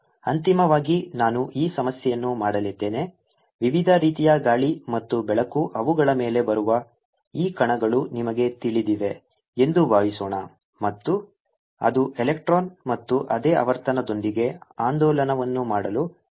ಅಂತಿಮವಾಗಿ ನಾನು ಈ ಸಮಸ್ಯೆಯನ್ನು ಮಾಡಲಿದ್ದೇನೆ ವಿವಿಧ ರೀತಿಯ ಗಾಳಿ ಮತ್ತು ಬೆಳಕು ಅವುಗಳ ಮೇಲೆ ಬರುವ ಈ ಕಣಗಳು ನಿಮಗೆ ತಿಳಿದಿವೆ ಎಂದು ಭಾವಿಸೋಣ ಮತ್ತು ಅದು ಎಲೆಕ್ಟ್ರಾನ್ ಮತ್ತು ಅದೇ ಆವರ್ತನದೊಂದಿಗೆ ಆಂದೋಲನವನ್ನು ಮಾಡಲು ಪ್ರಾರಂಭಿಸುತ್ತದೆ